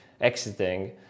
exiting